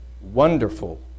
Wonderful